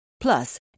Plus